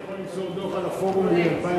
אני יכול למסור דוח על הפורום מ-2005.